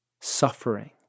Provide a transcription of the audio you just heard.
suffering